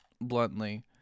bluntly